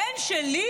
הבן שלי,